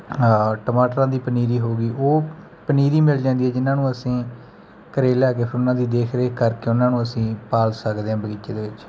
ਟਮਾਟਰਾਂ ਦੀ ਪਨੀਰੀ ਹੋ ਗਈ ਉਹ ਪਨੀਰੀ ਮਿਲ ਜਾਂਦੀ ਹੈ ਜਿੰਨ੍ਹਾਂ ਨੂੰ ਅਸੀਂ ਘਰ ਲਿਆ ਕੇ ਫਿਰ ਉਹਨਾਂ ਦੀ ਦੇਖ ਰੇਖ ਕਰਕੇ ਉਹਨਾਂ ਨੂੰ ਅਸੀਂ ਪਾਲ ਸਕਦੇ ਹਾਂ ਬਗੀਚੇ ਦੇ ਵਿੱਚ